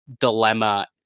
dilemma